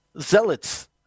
Zealots